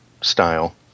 style